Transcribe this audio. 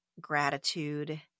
gratitude